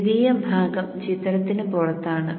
ദ്വിതീയ ഭാഗം ചിത്രത്തിന് പുറത്താണ്